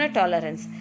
tolerance